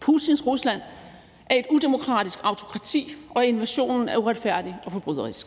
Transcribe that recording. Putins Rusland er et udemokratisk autokrati, og invasionen er uretfærdig og forbryderisk.